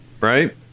right